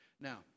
Now